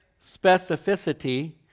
specificity